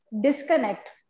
disconnect